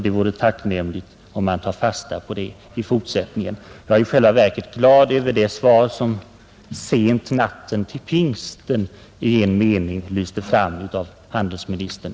Det vore tacknämligt om vi tar fasta på det i fortsättningen.